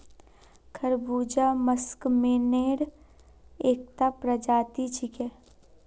खरबूजा मस्कमेलनेर एकता प्रजाति छिके